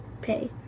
pay